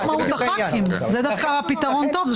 זה דווקא פתרון טוב.